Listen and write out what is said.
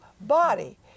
body